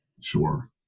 Sure